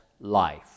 life